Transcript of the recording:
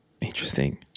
Interesting